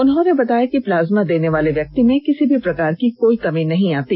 उन्होंने बताया कि प्लाज्मा देने वाले व्यक्ति में किसी प्रकार की कोई कमी नहीं आती